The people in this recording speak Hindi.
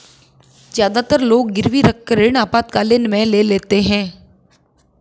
ज्यादातर लोग गिरवी रखकर ऋण आपातकालीन में लेते है